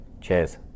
Cheers